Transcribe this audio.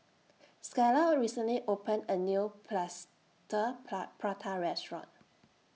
Skylar recently opened A New Plaster Prata Restaurant